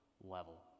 level